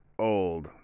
old